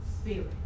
spirit